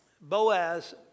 Boaz